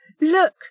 Look